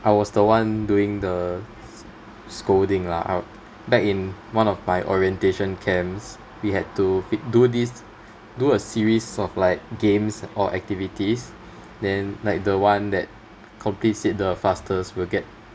I was the one doing the scolding lah uh back in one of my orientation camps we had to pic~ do these do a series of like games or activities then like the one that completes it the fastest will get